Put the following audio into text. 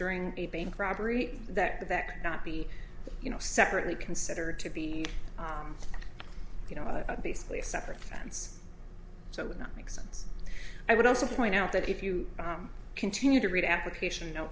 during a bank robbery that that could not be you know separately considered to be you know basically a separate fence so it would not make sense i would also point out that if you continue to read application